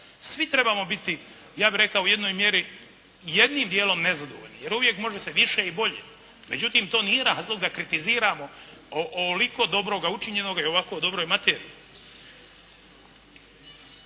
Svi trebamo biti ja bih rekao u jednoj mjeri jednim dijelom nezadovoljni, jer uvijek može se više i bolje. Međutim, to nije razlog da kritiziramo ovoliko dobroga učinjenoga i ovako dobroj materiji.